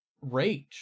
rage